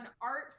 art